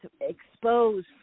expose